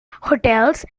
hotels